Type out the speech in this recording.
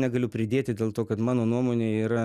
negaliu pridėti dėl to kad mano nuomonė yra